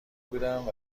بودم